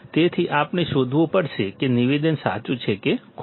તેથી આપણે શોધવું પડશે કે નિવેદન સાચું છે કે ખોટું